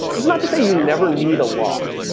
this is not to say you never need a lock,